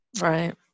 right